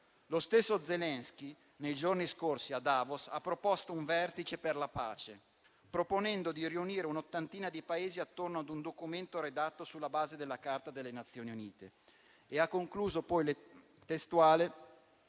Lo stesso Zelensky nei giorni scorsi a Davos ha proposto un vertice per la pace, proponendo di riunire un'ottantina di Paesi attorno a un documento redatto sulla base della Carta delle Nazioni Unite. E ha concluso testualmente: